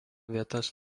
vietas